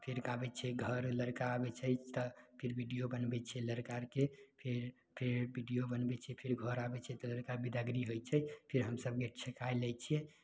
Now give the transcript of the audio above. फेर आबय छियै घर लड़िका आबय छै तऽ फिर वीडियो बनबय छियै लड़काके फेर फिर वीडियो बनबय छियै फेर घर आबय छियै तऽ लड़का बिदागरी होइ छै फेर हमसब गेट छेकाइ लै छियै